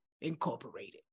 incorporated